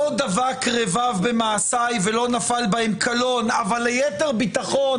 לא דבק רבב במעשי ולא נפל בהם קלון אבל ליתר ביטחון